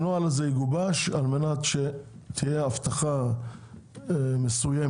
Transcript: הנוהל הזה יגובש, על מנת שתהיה אבטחה מסוימת.